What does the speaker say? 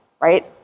right